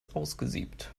ausgesiebt